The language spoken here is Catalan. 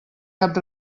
cap